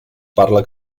parla